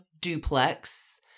duplex